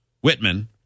Whitman